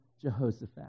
jehoshaphat